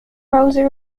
rosa